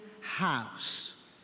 house